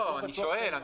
אני שואל.